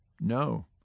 No